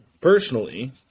Personally